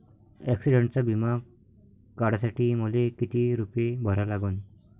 ॲक्सिडंटचा बिमा काढा साठी मले किती रूपे भरा लागन?